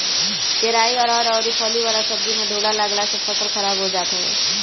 केराई, अरहर अउरी फली वाला सब्जी में ढोला लागला से फसल खराब हो जात हवे